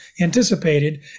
anticipated